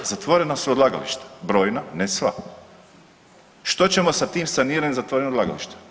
Zatvorena su odlagališta brojna, ne sva, što ćemo sa tim saniranim zatvorenim odlagalištem?